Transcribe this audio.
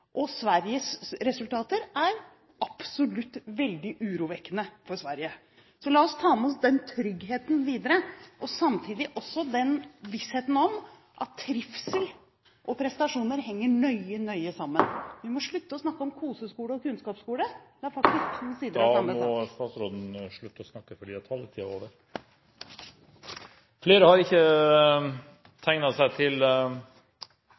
og Sveriges resultater er absolutt veldig urovekkende for Sverige. Så la oss ta med oss den tryggheten videre og samtidig også den vissheten at trivsel og prestasjoner henger nøye sammen . Vi må slutte å snakke om koseskole og kunnskapsskole – det er faktisk to sider av samme sak. Da må statsråden slutte å snakke, for taletiden er over. Flere har ikke bedt om ordet til